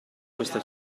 questa